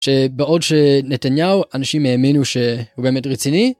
בעוד שנתניהו אנשים האמינו שהוא באמת רציני.